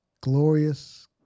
glorious